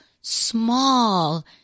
small